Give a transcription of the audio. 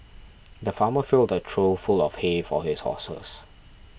the farmer filled a trough full of hay for his horses